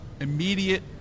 immediate